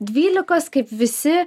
dvylikos kaip visi